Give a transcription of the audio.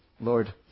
Lord